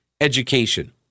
education